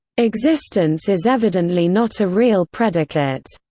existence is evidently not a real predicate.